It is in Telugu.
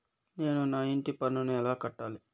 నేను నా ఇంటి పన్నును ఎలా కట్టాలి?